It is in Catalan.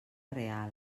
real